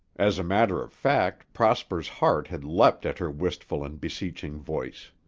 as a matter of fact, prosper's heart had leapt at her wistful and beseeching voice.